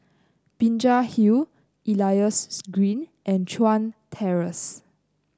Binjai Hill Elias Green and Chuan Terrace